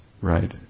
right